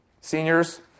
seniors